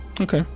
Okay